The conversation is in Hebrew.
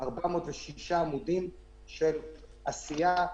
406 עמודים של עשייה,